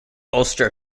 ulster